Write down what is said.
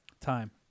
Time